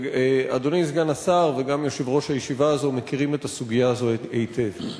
אדוני סגן השר וגם יושב-ראש הישיבה הזאת מכירים את הסוגיה הזאת היטב.